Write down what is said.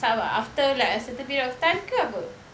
so after less interview of time